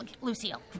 Lucille